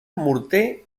morter